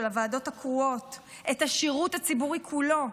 הוועדות הקרואות ואת השירות הציבורי כולו.